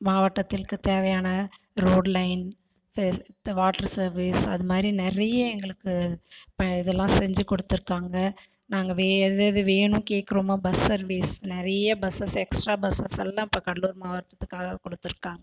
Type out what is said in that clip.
மாவட்டத்திற்கு தேவையான road line இந்த வாட்டர் சர்வீஸ் அதுமாதிரி நிறைய எங்களுக்கு இப்போ இதெல்லாம் செஞ்சுக் கொடுத்துருக்காங்க நாங்கள் வே எதெதது வேணும் கேட்குறோமோ பஸ் சர்வீஸ் நிறைய பஸ்ஸஸ் எக்ஸ்ட்ரா பஸ்ஸஸ் எல்லாம் இப்போ கடலூர் மாவட்டத்துக்காக கொடுத்திருக்காங்க